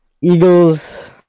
Eagles